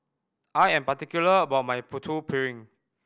I am particular about my Putu Piring